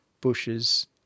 bushes